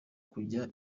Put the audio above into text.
kujya